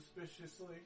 suspiciously